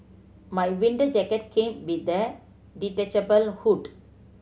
my winter jacket came with a detachable hood